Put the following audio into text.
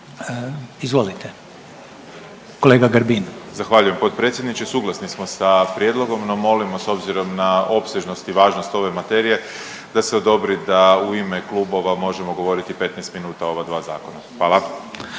**Grbin, Peđa (SDP)** Zahvaljujem potpredsjedniče. Suglasni smo sa prijedlogom, no molimo s obzirom na opsežnost i važnost ove materije da se odobri da u ime klubova možemo govoriti 15 minuta o ova dva zakona, hvala.